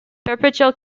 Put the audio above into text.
perpetual